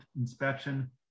inspection